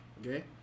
Okay